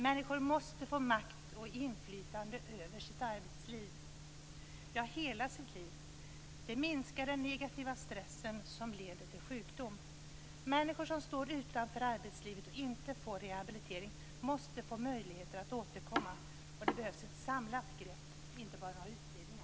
Människor måste få makt och inflytande över sitt arbetsliv - ja, över hela sitt liv. Det minskar den negativa stressen som leder till sjukdom. Människor som står utanför arbetslivet och inte får rehabilitering måste få möjligheter att återkomma och det behövs ett samlat grepp, inte bara utredningar.